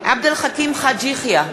עבד אל חכים חאג' יחיא,